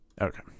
Okay